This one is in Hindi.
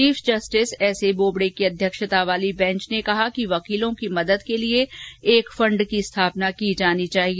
चीफ जस्टिस एसए बोबडे की अध्यक्षता वाली बेंच ने कहा कि वकीलों की मदद के लिए एक फंड की स्थापना की जानी चाहिए